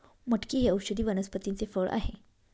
मटकी हे औषधी वनस्पतीचे फळ आहे